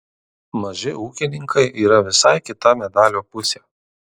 maži ūkininkai yra visai kita medalio pusė